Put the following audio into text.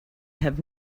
have